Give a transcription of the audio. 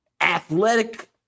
athletic